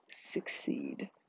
succeed